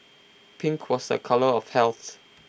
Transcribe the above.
pink was A colour of health